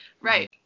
Right